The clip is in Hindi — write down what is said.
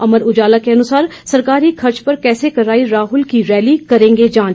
अमर उजाला के अनुसार सरकारी खर्च पर कैसे कराई राहल की रैली करेंगे जांच